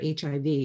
HIV